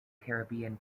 caribbean